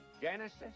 Genesis